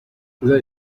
they